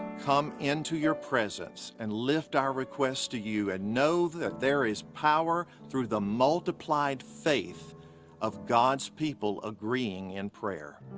come into your presence and lift our request to you and know that there is power through the multiplied faith of god's people agreeing in prayer.